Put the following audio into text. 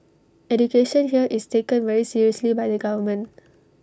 education here is taken very seriously by the government